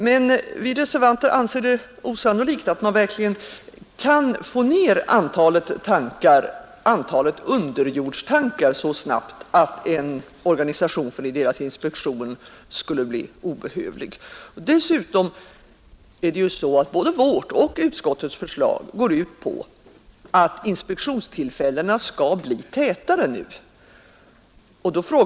Men vi reservanter anser det osannolikt att man verkligen kan få ner antalet underjordstankar så snabbt att en organisation för deras inspektion skulle bli obehövlig. Dessutom går både vårt och utskottets förslag ut på att inspektionstillfällena under 1970-talet skall bli tätare än förut.